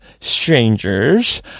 Strangers